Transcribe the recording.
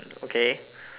okay